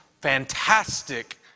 fantastic